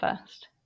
first